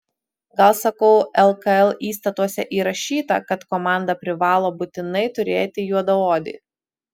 gal sakau lkl įstatuose įrašyta kad komanda privalo būtinai turėti juodaodį